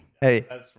Hey